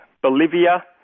Bolivia